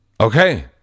Okay